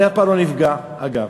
אני אף פעם לא נפגע, אגב.